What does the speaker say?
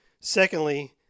secondly